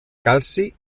calci